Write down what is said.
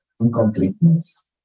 incompleteness